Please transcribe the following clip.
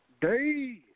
day